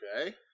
Okay